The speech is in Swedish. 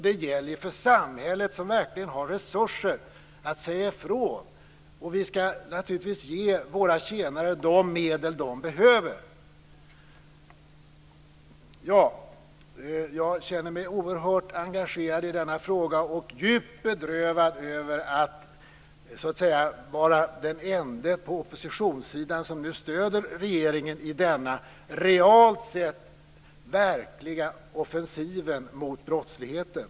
Det gäller ju för samhället, som verkligen har resurser, att säga ifrån. Vi skall naturligtvis ge våra tjänare de medel de behöver. Jag känner mig oerhört engagerad i denna fråga och djupt bedrövad över att vara den ende på oppositionssidan som stöder regeringen i denna realt sett verkliga offensiv mot brottsligheten.